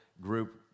group